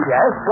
Yes